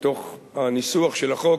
מתוך הניסוח של החוק,